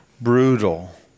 brutal